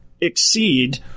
exceed